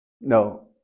No